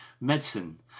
medicine